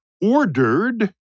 ordered